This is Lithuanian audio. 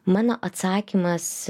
mano atsakymas